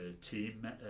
team